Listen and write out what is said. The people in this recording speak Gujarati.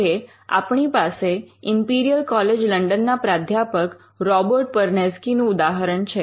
હવે આપણી પાસે ઇમ્પિરિયલ કોલેજ લન્ડન ના પ્રાધ્યાપક રોબર્ટ પરનેઝકી નું ઉદાહરણ છે